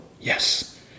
Yes